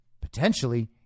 potentially